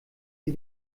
sie